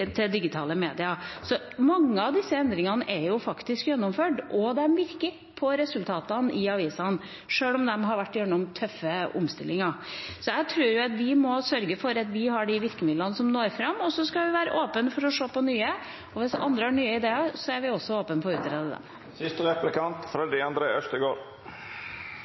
medier. Så mange av disse endringene er faktisk gjennomført, og de virker på resultatene i avisene, sjøl om de har vært gjennom tøffe omstillinger. Jeg tror vi må sørge for at vi har de virkemidlene som når fram, og så skal vi være åpne for å se på nye. Og hvis andre har nye ideer, er vi også åpne for å se på det. Ytringsklimaet vårt er under press fra